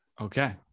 Okay